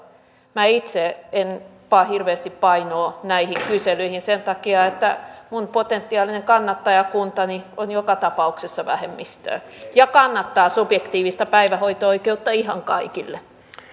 minä itse en pane hirveästi painoa näihin kyselyihin sen takia että minun potentiaalinen kannattajakuntani on joka tapauksessa vähemmistöä ja kannattaa subjektiivista päivähoito oikeutta ihan kaikille